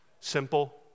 simple